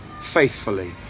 faithfully